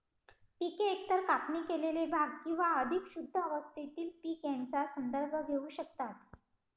पिके एकतर कापणी केलेले भाग किंवा अधिक शुद्ध अवस्थेतील पीक यांचा संदर्भ घेऊ शकतात